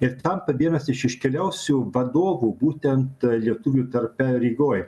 ir tampa vienas iš iškiliausių vadovų būtent lietuvių tarpe rygoj